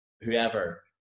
whoever